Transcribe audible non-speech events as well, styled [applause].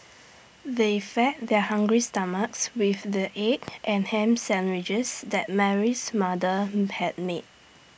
they fed their hungry stomachs with the egg and Ham Sandwiches that Mary's mother [hesitation] had made